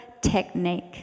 technique